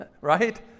right